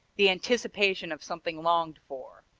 the anticipation of something longed for.